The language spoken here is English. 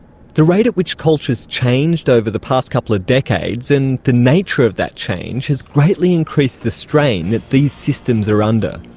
the rate at which culture has changed over the past couple of decades, and the nature of that change, has greatly increased the strain that these systems are under.